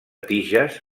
tiges